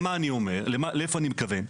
לאיפה אני מכוון?